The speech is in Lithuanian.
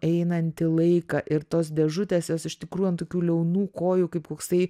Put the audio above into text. einantį laiką ir tos dėžutės jos iš tikrųjų ant tokių liaunų kojų kaip koksai